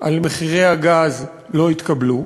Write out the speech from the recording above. על מחירי הגז לא התקבלו.